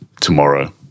tomorrow